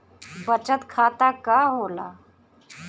बचत खाता का होला?